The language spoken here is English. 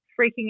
freaking